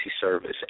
service